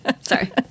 Sorry